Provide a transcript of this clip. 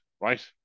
right